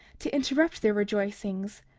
to interrupt their rejoicings?